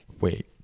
Wait